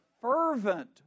fervent